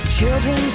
Children